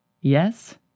Yes